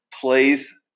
plays